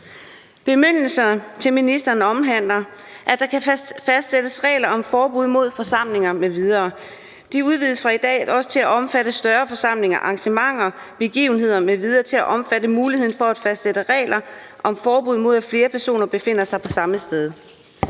Bemyndigelserne til ministeren omhandler, at der kan fastsættes regler om forbud mod forsamlinger m.v. De udvides fra i dag til også at omfatte større forsamlinger, arrangementer, begivenheder m.v. og til at omfatte muligheden for at fastsætte regler om forbud mod, at flere personer befinder sig på samme sted.